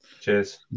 cheers